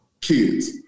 kids